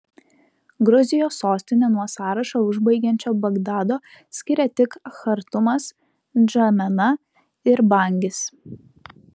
gruzijos sostinę nuo sąrašą užbaigiančio bagdado skiria tik chartumas ndžamena ir bangis